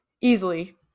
easily